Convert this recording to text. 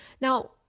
Now